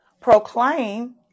proclaim